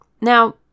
Now